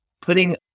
putting